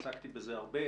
אני עסקתי בזה הרבה